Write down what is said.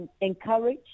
encourage